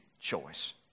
choice